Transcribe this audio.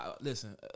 listen